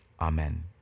Amen